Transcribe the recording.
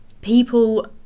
people